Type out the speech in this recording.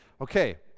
okay